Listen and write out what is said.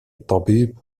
طبيب